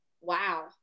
wow